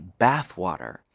bathwater